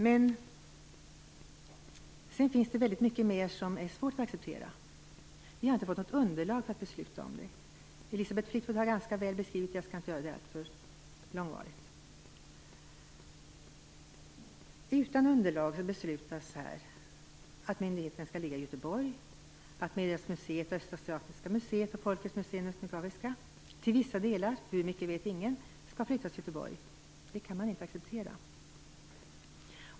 Men sedan finns det väldigt mycket mer som är svårt att acceptera. Riksdagen har inte fått något underlag att fatta beslut om. Elisabeth Fleetwood har beskrivit detta ganska väl, så jag skall inte göra det allt för långvarigt. Utan underlag skall det beslutas att myndigheten skall ligga i Göteborg, att Medelhavsmuseet, Östasiatiska museet och Folkens Museum Etnografiska till vissa delar - hur mycket vet ingen - skall flyttas till Göteborg. Det kan man inte acceptera.